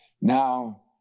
Now